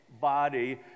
body